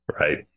Right